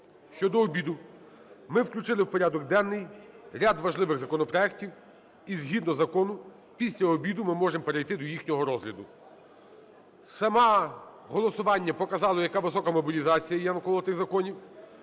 що до обіду ми включили в порядок денний ряд важливих законопроектів і, згідно закону, після обіду ми можемо перейти до їхнього розгляду. Саме голосування показало, яка висока мобілізація є навколо тих законів.